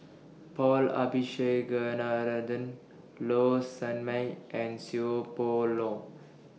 Paul Low Sanmay and Seow Poh Leng